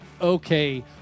okay